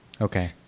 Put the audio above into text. okay